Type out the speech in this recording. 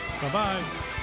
Bye-bye